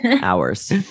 hours